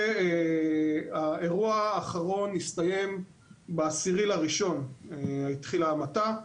האירוע האחרון הסתיים ב-10.01.2022, התחילה המתה.